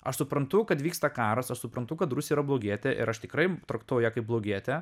aš suprantu kad vyksta karas aš suprantu kad rusija yra blogietė ir aš tikrai traktuoju ją kaip blogietę